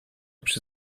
przy